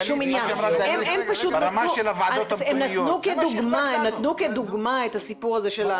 הם נתנו כדוגמה את הסיפור הזה.